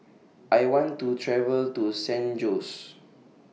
I want to travel to San Jose